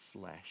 flesh